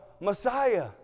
Messiah